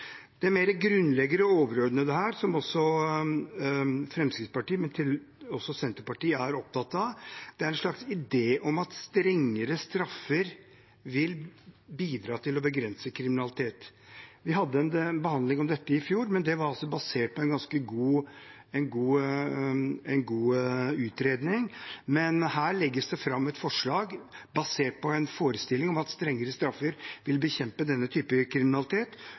Det mer grunnleggende og overordnete her som Fremskrittspartiet og også Senterpartiet er opptatt av, er en slags idé om at strengere straffer vil bidra til å begrense kriminalitet. Vi hadde en behandling av dette i fjor, men det var basert på en ganske god utredning. Her legges det fram et forslag basert på en forestilling om at strengere straffer vil bekjempe denne typen kriminalitet,